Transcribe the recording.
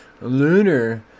Lunar